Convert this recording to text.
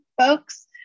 folks